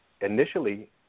initially